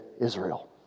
Israel